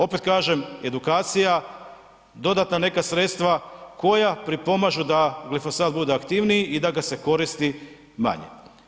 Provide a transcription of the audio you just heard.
Opet kažem edukacija, dodatna neka sredstva koja pripomažu da glifosat bude aktivniji i da ga se koristi manje.